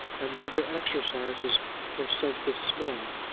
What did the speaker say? and never exercises her sense of smell,